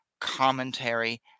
commentary